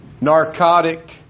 narcotic